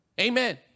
Amen